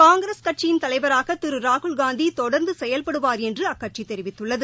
காங்கிரஸ் கட்சியின் தலைவராக திரு ராகுல்காந்தி தொடர்ந்து செயல்படுவார் என்று அக்கட்சி தெரிவித்துள்ளது